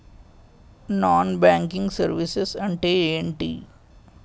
Non banking services అంటే ఎంటి?